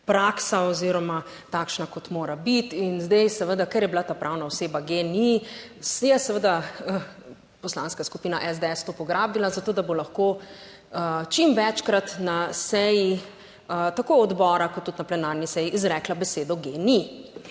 praksa oziroma takšna, kot mora biti. In zdaj seveda, ker je bila ta pravna oseba GEN-I je seveda Poslanska skupina SDS to pograbila za to, da bo lahko čim večkrat na seji, tako odbora, kot tudi na plenarni seji izrekla besedo GEN-I.